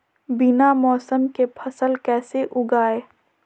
बिना मौसम के फसल कैसे उगाएं?